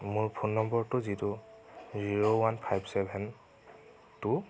মোৰ ফোন নম্বৰটো যিটো zero one five seven two